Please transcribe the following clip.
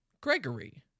Gregory